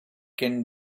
can